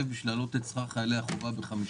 בשביל להעלות את שכר חיילי החובה ב-50%.